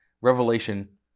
Revelation